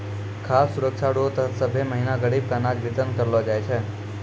खाद सुरक्षा रो तहत सभ्भे महीना गरीब के अनाज बितरन करलो जाय छै